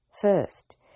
first